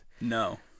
No